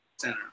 center